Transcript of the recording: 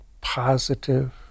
positive